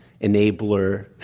enabler